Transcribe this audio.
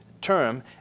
term